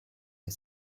you